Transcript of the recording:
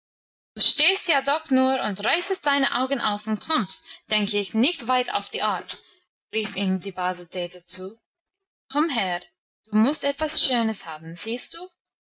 stehst ja doch nur und reißest deine augen auf und kommst denk ich nicht weit auf die art rief ihm die base dete zu komm her du musst etwas schönes haben siehst du